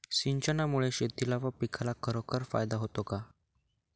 सिंचनामुळे शेतीला व पिकाला खरोखर फायदा होतो का?